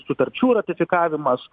sutarčių ratifikavimas